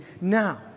now